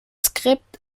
skript